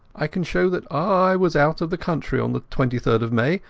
i can show that i was out of the country on the twenty third of may,